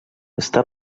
està